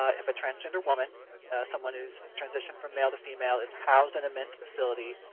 ah if a transgender woman someone who's transitioned from male to female is housed in a men's facility,